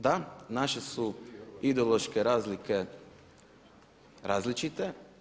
Da, naše su ideološke razlike različite.